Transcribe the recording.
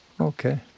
Okay